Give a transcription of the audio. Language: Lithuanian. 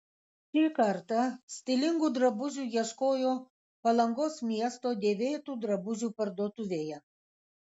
šį kartą stilingų drabužių ieškojo palangos miesto dėvėtų drabužių parduotuvėje